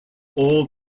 all